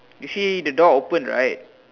you see the door open right